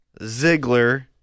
Ziggler